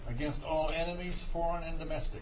against all enemies foreign and domestic